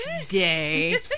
today